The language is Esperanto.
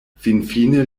finfine